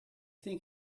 think